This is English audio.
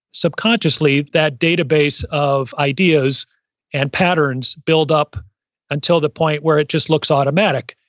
subconsciously, that database of ideas and patterns build up until the point where it just looks automatic.